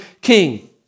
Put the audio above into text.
king